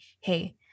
hey